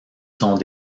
sont